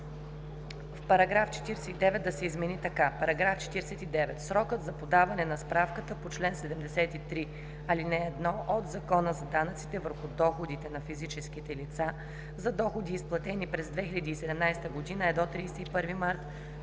„Параграф 49 да се измени така: § 49. Срокът за подаване на справката по чл. 73, ал. 1 от Закона за данъците върху доходите на физическите лица за доходи, изплатени през 2017 г., е до 31 март